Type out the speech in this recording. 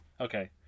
Okay